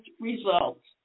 results